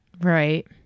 Right